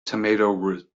tomato